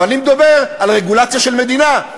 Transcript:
אני מדבר על רגולציה של מדינה,